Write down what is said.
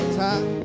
time